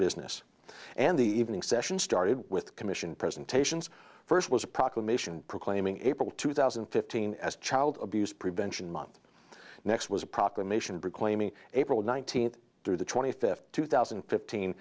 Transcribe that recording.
business and the evening session started with the commission presentations first was a proclamation proclaiming april two thousand and fifteen as child abuse prevention month next was a proclamation be claiming april nineteenth through the twenty fifth two thousand and fifteen